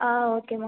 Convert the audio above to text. ah okay ma'am